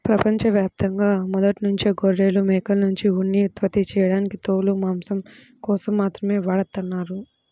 ప్రపంచ యాప్తంగా మొదట్నుంచే గొర్రెలు, మేకల్నుంచి ఉన్ని ఉత్పత్తి చేయడానికి తోలు, మాంసం కోసం మాత్రమే వాడతన్నారు